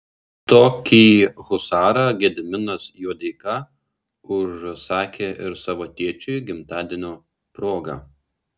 tokį husarą gediminas juodeika užsakė ir savo tėčiui gimtadienio proga